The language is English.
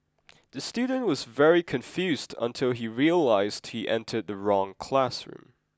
the student was very confused until he realized he entered the wrong classroom